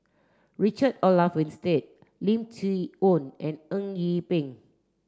Richard Olaf Winstedt Lim Chee Onn and Eng Yee Peng